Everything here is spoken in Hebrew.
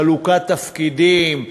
חלוקת תפקידים,